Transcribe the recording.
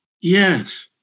Yes